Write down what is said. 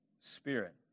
Spirit